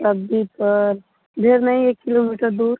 अभी सर ढेर नहीं एक किलोमीटर दूर